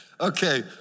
Okay